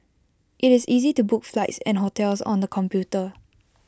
IT is easy to book flights and hotels on the computer